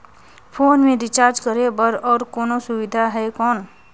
Phone मे recharge करे बर और कोनो सुविधा है कौन?